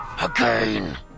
Again